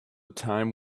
time